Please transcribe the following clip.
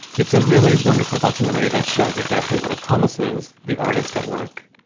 it's a really wonderful documentary that shows exactly what it promises. the artist at work.